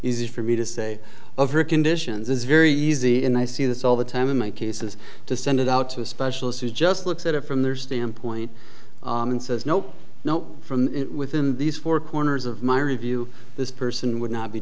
easy for me to say of her conditions is very easy and i see this all the time in my cases to send it out to a specialist who just looks at it from their standpoint and says nope no from within these four corners of my review this person would not be